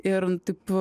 ir taip